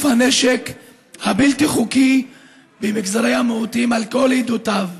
הנשק הבלתי-חוקי במגזרי המיעוטים על כל עדותיהם,